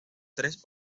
tres